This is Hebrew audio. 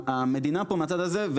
המדינה פה מהצד הזה,